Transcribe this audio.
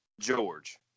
George